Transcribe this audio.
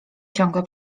ciągle